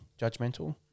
judgmental